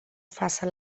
faça